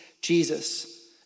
Jesus